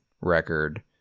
record